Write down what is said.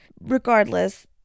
regardless